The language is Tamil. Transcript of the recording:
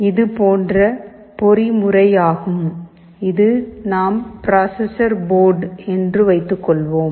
இது போன்ற ஒரு பொறிமுறையாகும் இது நம் ப்ரோசிஸோர் போர்டு என்று வைத்துக்கொள்வோம்